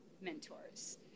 mentors